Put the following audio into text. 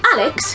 Alex